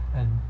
and